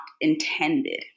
intended